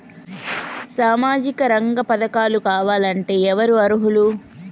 సామాజిక రంగ పథకాలు కావాలంటే ఎవరు అర్హులు?